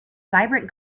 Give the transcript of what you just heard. vibrant